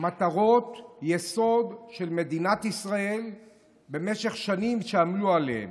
מטרות יסוד של מדינת ישראל שבמשך שנים עמלו עליהן,